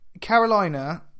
Carolina